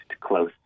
close